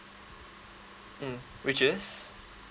mm which is